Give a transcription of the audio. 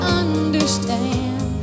understand